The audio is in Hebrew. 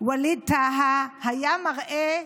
ווליד טאהא היה מראה,